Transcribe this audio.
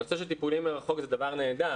הנושא של טיפולים מרחוק הוא דבר נהדר,